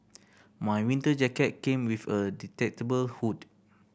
my winter jacket came with a detachable hood